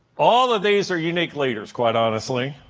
all of these are unique leaders, quite honestly,